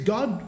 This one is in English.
God